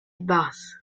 bus